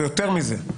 ויותר מזה,